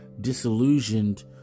disillusioned